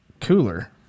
cooler